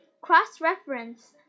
cross-reference